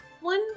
One